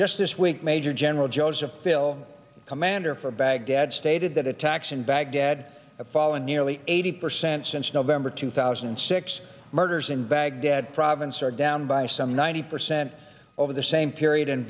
just this week major general joseph fil a commander for baghdad stated that attacks in baghdad fall and nearly eighty percent since november two thousand and six murders in baghdad province are down by some ninety percent over the same period and